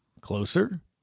closer